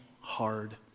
hard